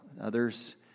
Others